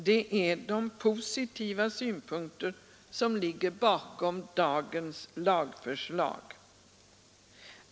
Det är de positiva synpunkter som ligger bakom dagens lagförslag.